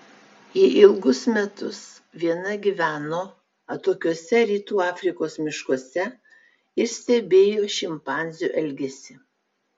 ji ilgus metus viena gyveno atokiuose rytų afrikos miškuose ir stebėjo šimpanzių elgesį